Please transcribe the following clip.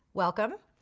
welcome.